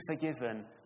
forgiven